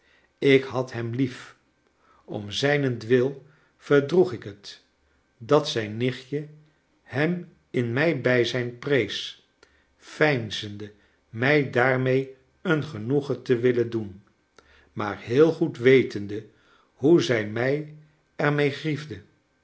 ik had hem lief om zijnentwil verdroeg ik het dat zijn nichtje hem in mijn bijzijn prees veinzende mij daarmee een genoegen te willen doen maar heel goed wetende hoe zij mij er mee grief